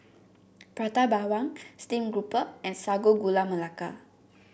Prata Bawang Steamed Grouper and Sago Gula Melaka